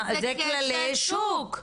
זה כללי שוק.